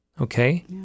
Okay